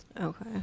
Okay